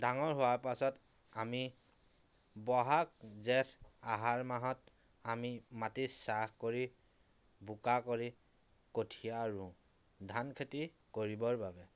ডাঙৰ হোৱাৰ পাছত আমি বহাগ জেঠ আহাৰ মাহত আমি মাটি চাহ কৰি বোকা কৰি কঠীয়া ৰোওঁ ধান খেতি কৰিবৰ বাবে